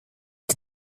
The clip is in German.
der